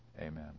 amen